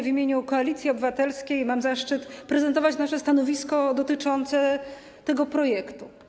W imieniu Koalicji Obywatelskiej mam zaszczyt prezentować nasze stanowisko dotyczące tego projektu.